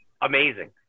amazing